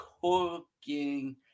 cooking